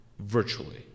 Virtually